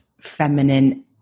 feminine